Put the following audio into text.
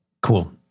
Cool